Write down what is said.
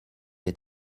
est